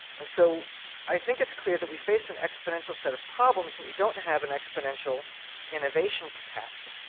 and so i think it's clear that we face an exponential set of problems but we don't have an exponential innovation capacity.